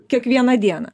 kiekvieną dieną